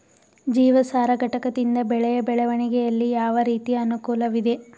ಜೀವಸಾರ ಘಟಕದಿಂದ ಬೆಳೆಯ ಬೆಳವಣಿಗೆಯಲ್ಲಿ ಯಾವ ರೀತಿಯ ಅನುಕೂಲವಿದೆ?